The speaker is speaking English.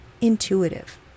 intuitive